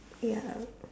ya